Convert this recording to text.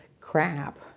crap